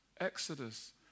Exodus